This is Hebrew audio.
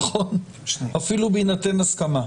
נכון, אפילו בהינתן הסכמה.